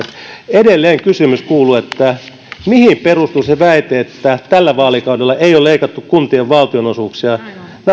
edelleen kysymys kuuluu mihin perustuu se väite että tällä vaalikaudella ei ole leikattu kuntien valtionosuuksia